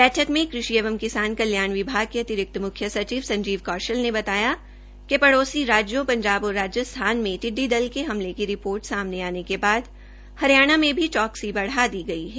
बैठक में कृषि एवं किसान कल्याण विभाग के अतिरिक्त मुख्य सचिव संजीव कौशल ने बताया कि पड़ोसी राज्यों पंजाब और राजस्थान में टिडडी दल के हमले की रिपोर्ट समाने आने के बाद हरियाणा में भी चौक्सी बढ़ा दी गई है